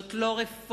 זאת לא רפורמה,